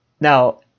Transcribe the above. now